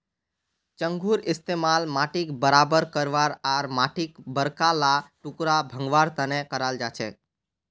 चंघूर इस्तमाल माटीक बराबर करवा आर माटीर बड़का ला टुकड़ा भंगवार तने कराल जाछेक